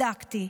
בדקתי.